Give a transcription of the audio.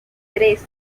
tres